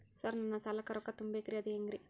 Sir ನನ್ನ ಸಾಲಕ್ಕ ರೊಕ್ಕ ತುಂಬೇಕ್ರಿ ಅದು ಹೆಂಗ್ರಿ?